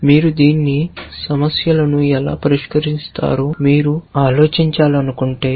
మీరు దీన్ని సమస్యలను ఎలా పరిష్కరిస్తారో మీరు ఆలోచించాలనుకుంటే